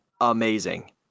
amazing